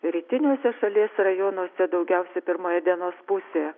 rytiniuose šalies rajonuose daugiausiai pirmoje dienos pusėje